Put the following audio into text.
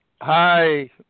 Hi